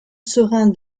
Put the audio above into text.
seurin